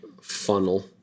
funnel